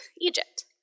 Egypt